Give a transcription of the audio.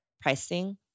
pricing